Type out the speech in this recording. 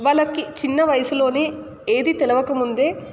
వాళ్ళకి చిన్న వయసులోనే ఏది తెలియక ముందే